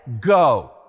go